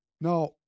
Now